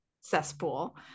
cesspool